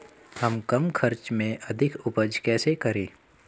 हम कम खर्च में अधिक उपज कैसे करें?